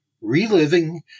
Reliving